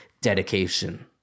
dedication